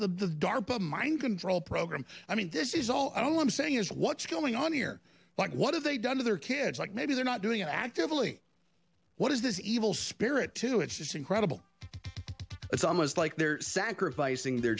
darpa mind control program i mean this is all i don't know i'm saying is what's going on here like what have they done to their kids like maybe they're not doing it actively what is this evil spirit to it's just incredible it's almost like they're sacrificing their